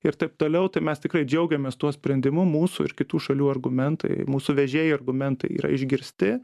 ir taip toliau tai mes tikrai džiaugiamės tuo sprendimu mūsų ir kitų šalių argumentai mūsų vežėjų argumentai yra išgirsti